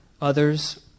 others